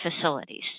facilities